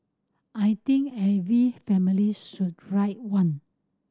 I think every family should write one